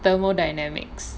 thermodynamics